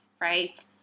right